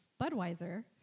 Budweiser